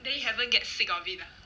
then you haven't get sick of it ah